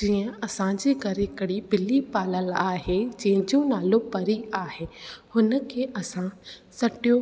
जीअं असां जे घरु हिकिड़ी ॿिली पालियलु आहे जंहिंजो नालो परी आहे हुन खे असां सॼो